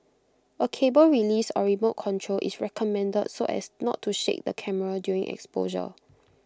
A cable release or remote control is recommended so as not to shake the camera during exposure